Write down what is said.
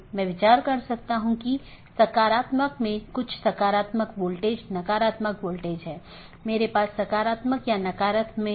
और यह बैकबोन क्षेत्र या बैकबोन राउटर इन संपूर्ण ऑटॉनमस सिस्टमों के बारे में जानकारी इकट्ठा करता है